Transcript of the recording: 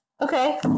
Okay